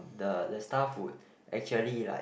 the the staff would actually like